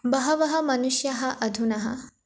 बहवः मनुष्याः अधुना